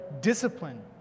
discipline